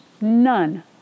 none